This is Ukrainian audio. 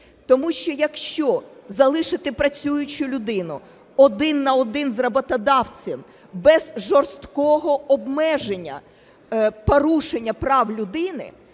Тому що, якщо залишити працюючу людину один на один з роботодавцем. Без жорсткого обмеження порушення прав людини